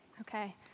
Okay